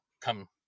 come